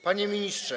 Panie ministrze.